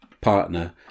partner